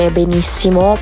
benissimo